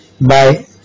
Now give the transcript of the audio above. bye